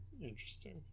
Interesting